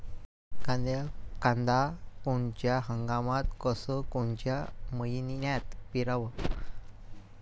कांद्या कोनच्या हंगामात अस कोनच्या मईन्यात पेरावं?